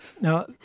Now